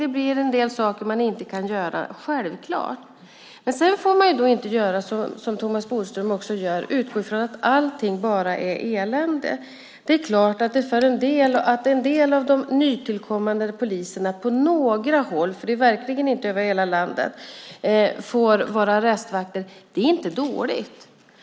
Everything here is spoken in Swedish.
Det blir självklart en del saker man inte kan göra. Men man får inte göra som Thomas Bodström gör och utgå från att allting bara är elände. Det är klart att en del av de nytillkommande poliserna på några håll - det är verkligen inte över hela landet - får vara arrestvakter. Det är inte dåligt.